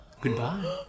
goodbye